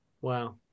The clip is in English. Wow